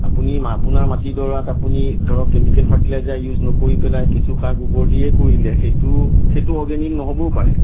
আপুনি আপোনাৰ মাটিডৰাত আপুনি ধৰক কেমিকেল ফাৰ্টিলাইজাৰ ইউজ নকৰি পেলাই কেঁচুসাৰ গোবৰ দিয়েই কৰিলে সেইটো সেইটো অৰ্গেনিক নহ'বও পাৰে